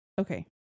Okay